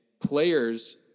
players